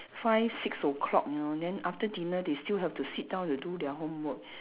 five six o-clock you know then after dinner they still have to sit down to do their homework